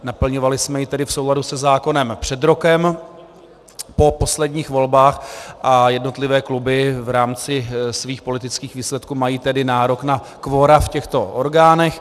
Naplňovali jsme ji tedy v souladu se zákonem před rokem po posledních volbách a jednotlivé kluby v rámci svých politických výsledků mají tedy nárok na kvora v těchto orgánech.